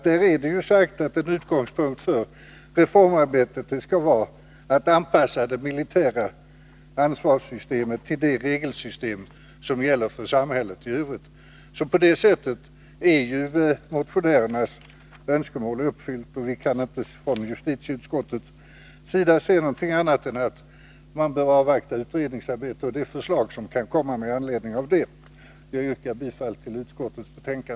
Där sägs att en utgångspunkt för reformarbetet skall vara att anpassa det militära ansvarssystemet till det regelsystem som gäller för samhället i övrigt. På det sättet är motionärernas önskemål redan uppfyllt. Justitieutskottet anser därför att utredningsarbetets slutförande bör avvaktas liksom det förslag som kan komma med anledning av detta. Jag yrkar bifall till utskottets hemställan.